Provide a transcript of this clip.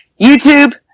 YouTube